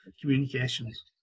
communications